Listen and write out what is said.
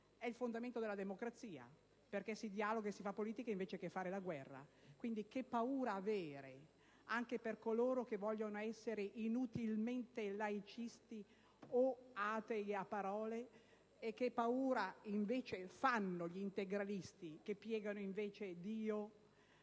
È il fondamento della democrazia, perché si dialoga e si fa politica invece di fare la guerra. Quindi, che paura avere anche per coloro che vogliono essere inutilmente laicisti o atei a parole, e che paura invece fanno gli integralisti che piegano invece Dio